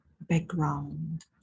background